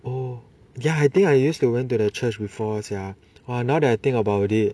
oh ya I think I used to went to the church before sia !wah! now that I think about it